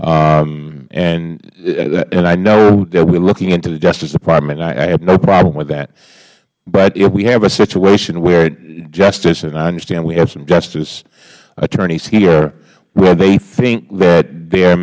and i know that we are looking into the justice department i have no problem with that but if we have a situation where justice and i understand we have some justice attorneys here where they think that there